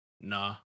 Nah